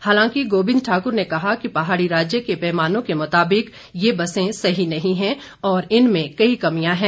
हालांकि गोबिंद ठाकुर ने कहा कि पहाड़ी राज्य के पैमानों के मुताबिक ये बसें सही नही हैं और इनमें कई कमियां हैं